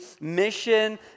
mission